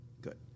Good